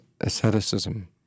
Asceticism